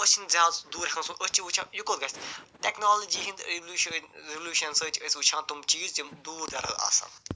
أسۍ چھِنہٕ زیادٕ دوٗر ہٮ۪کان أسۍ چھِ وُچھان یہِ کوٚت گَژھِ ٹٮ۪کنالوجی ہٕنٛدۍ ایولوش ریولوشن سۭتۍ چھِ أسۍ وُچھان تِم چیٖز یِم دوٗر دراز آسان